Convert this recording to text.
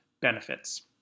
benefits